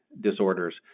disorders